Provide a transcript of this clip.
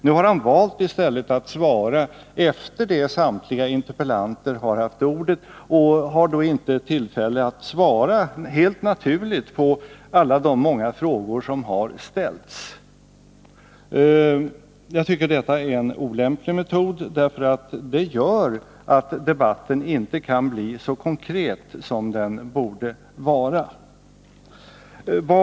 Nu har han i stället valt att svara efter det att samtliga interpellanter har haft ordet och har helt naturligt inte tillfälle att bemöta alla de frågor som har ställts. Jag tycker detta är en olämplig metod, för det gör att debatten inte kan bli så konkret som den borde vara.